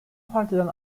partiden